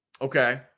Okay